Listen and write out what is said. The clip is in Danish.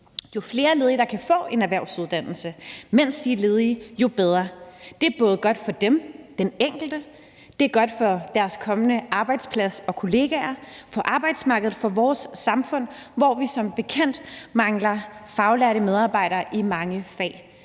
Jo flere ledige, der kan få en erhvervsuddannelse, mens de er ledige, jo bedre. Det er både godt for dem, for den enkelte, for deres kommende arbejdsplads og kollegaer, for arbejdsmarkedet og for vores samfund, hvor vi som bekendt mangler faglærte medarbejdere i mange fag;